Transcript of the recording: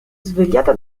svegliata